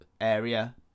area